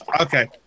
Okay